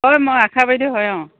অঁ মই আশা বাইদেউ হয় অঁ